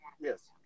Yes